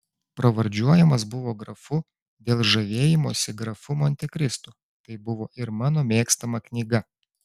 pravardžiuojamas buvo grafu dėl žavėjimosi grafu montekristu tai buvo ir mano mėgstama knyga